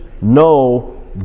no